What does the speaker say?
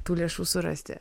tų lėšų surasti